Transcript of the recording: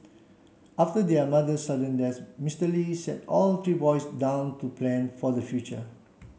after their mother's sudden death Mister Li sat all three boys down to plan for the future